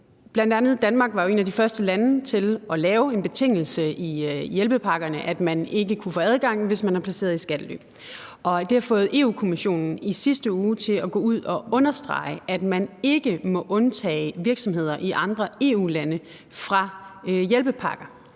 nu, er – så var Danmark jo et af de første lande til at lave en betingelse i hjælpepakkerne om, at man ikke kunne få adgang, hvis man var placeret i skattely, og det har i sidste uge fået EU-Kommissionen til at gå ud at understrege, at man ikke må undtage virksomheder i andre EU-lande fra hjælpepakker,